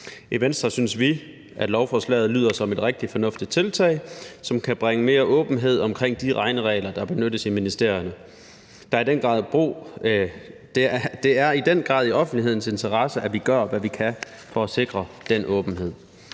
I Venstre synes vi, at lovforslaget lyder som et rigtig fornuftigt tiltag, som kan bringe mere åbenhed omkring de regneregler, der benyttes i ministerierne. Det er i den grad i offentlighedens interesse, at vi gør, hvad vi kan, for at sikre den åbenhed.